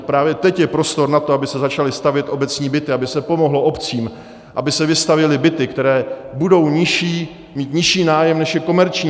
Právě teď je prostor na to, aby se začaly stavět obecní byty, aby se pomohlo obcím, aby se vystavěly byty, které budou mít nižší nájem, než je nájem komerční.